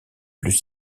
plus